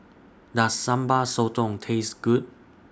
Does Sambal Sotong Taste Good